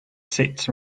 sits